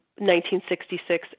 1966